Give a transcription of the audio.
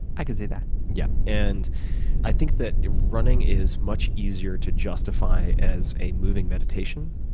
i can see that. yeah and i think that running is much easier to justify as a moving meditation